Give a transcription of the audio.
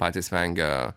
patys vengia